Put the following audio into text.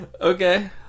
Okay